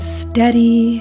steady